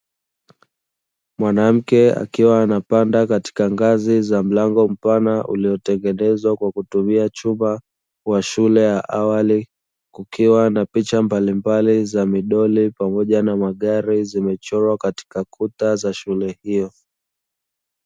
Mwanamke akiwa anapanda katika ngazi za mlango mpana uliotengenezwa kwa kutumia chuma wa shule ya awali, ukiwa na picha mbalimbali za midori pamoja na magari zimechorwa katika kuta za shule hiyo.